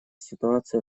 ситуация